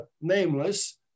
nameless